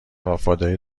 وفاداری